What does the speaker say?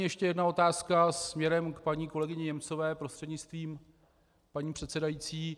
Ještě jedna poslední otázka směrem k paní kolegyni Němcové prostřednictvím paní předsedající.